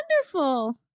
wonderful